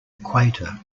equator